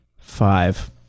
Five